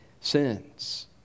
sins